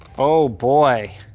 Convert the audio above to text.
oh, boy.